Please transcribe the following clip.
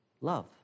Love